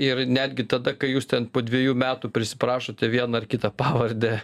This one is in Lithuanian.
ir netgi tada kai jūs ten po dvejų metų prisiprašote vieną ar kitą pavardę